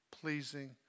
pleasing